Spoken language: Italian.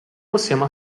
possiamo